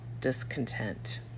discontent